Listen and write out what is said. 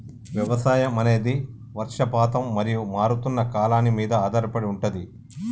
వ్యవసాయం అనేది వర్షపాతం మరియు మారుతున్న కాలాల మీద ఆధారపడి ఉంటది